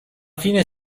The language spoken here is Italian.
fine